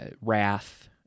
wrath